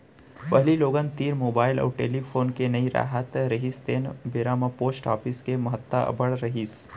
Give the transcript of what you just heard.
पहिली लोगन तीर मुबाइल अउ टेलीफोन के नइ राहत रिहिस तेन बेरा म पोस्ट ऑफिस के महत्ता अब्बड़ रिहिस